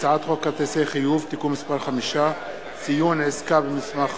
הצעת חוק כרטיסי חיוב (תיקון מס' 5) (ציון עסקה במסמך חסר),